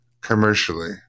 commercially